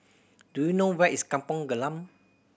do you know where is Kampong Glam